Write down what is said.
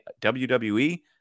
WWE